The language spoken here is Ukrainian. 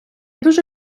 дуже